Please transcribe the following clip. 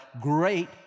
great